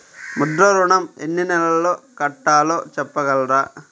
ముద్ర ఋణం ఎన్ని నెలల్లో కట్టలో చెప్పగలరా?